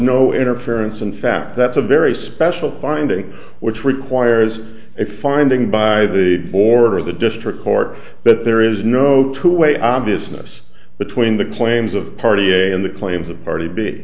no interference in fact that's a very special finding which requires a finding by the order of the district court but there is no two way obviousness between the claims of party a and the claims of party b